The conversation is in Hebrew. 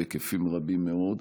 בהיקפים רבים מאוד.